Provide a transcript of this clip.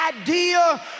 idea